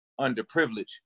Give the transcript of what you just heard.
underprivileged